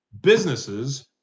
businesses